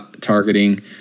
targeting